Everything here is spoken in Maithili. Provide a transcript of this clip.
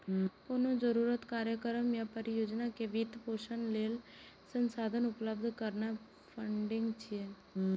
कोनो जरूरत, कार्यक्रम या परियोजना के वित्त पोषण लेल संसाधन उपलब्ध करेनाय फंडिंग छियै